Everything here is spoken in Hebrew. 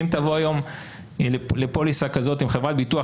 אם תבוא היום לפוליסה כזאת עם חברת ביטוח